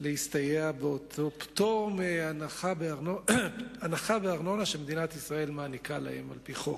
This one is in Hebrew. להסתייע בהנחה מארנונה שמדינת ישראל מעניקה להם על-פי חוק.